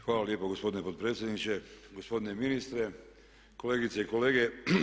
Hvala lijepo gospodine potpredsjedniče, gospodine ministre, kolegice i kolege.